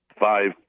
five